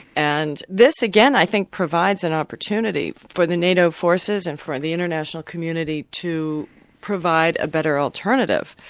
and this again i think provides an opportunity for the nato forces and for the international community to provide a better alternative.